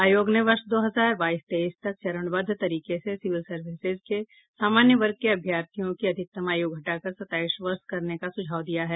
आयोग ने वर्ष दो हजार बाईस तेईस तक चरणबद्ध तरीके से सिविल सर्विसेज के सामान्य वर्ग के अभ्यर्थियों की अधिकतम आयु घटा कर सत्ताईस वर्ष करने का सुझाव दिया है